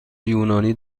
یونانی